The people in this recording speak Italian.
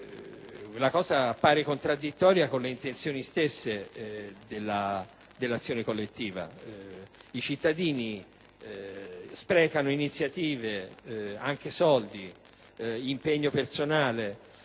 la cosa appare contraddittoria con le intenzioni stesse dell'azione collettiva. I cittadini sprecano iniziative, soldi, impegno personale,